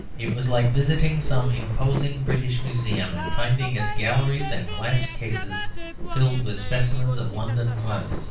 it was like visiting some imposing british museum and finding its galleries and glass cases filled with specimens of london mud,